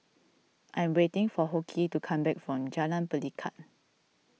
I am waiting for Hoke to come back from Jalan Pelikat